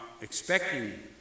expecting